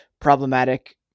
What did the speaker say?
problematic